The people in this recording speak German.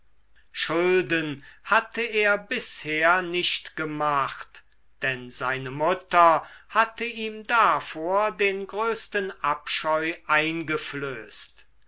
schulden hatte er bisher nicht gemacht denn seine mutter hatte ihm davor den größten abscheu eingeflößt